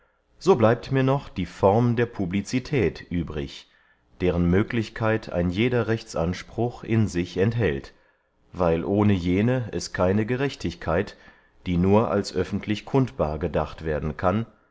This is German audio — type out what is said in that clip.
so bleibt mir noch die form der publicität übrig deren möglichkeit ein jeder rechtsanspruch in sich enthält weil ohne jene es keine gerechtigkeit die nur als öffentlich kundbar gedacht werden kann